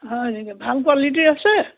হয় নেকি ভাল কোৱালিটিৰ আছে